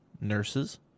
nurses